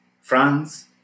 France